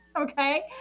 okay